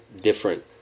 different